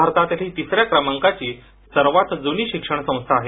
भारतातली ही तिसऱ्या क्रमांकाची सर्वात जुनी शिक्षण संस्था आहे